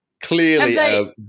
clearly